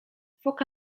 foka